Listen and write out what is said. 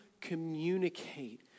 communicate